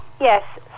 Yes